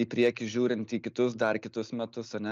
į priekį žiūrint į kitus dar kitus metus ane